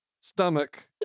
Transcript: stomach